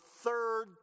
third